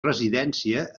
residència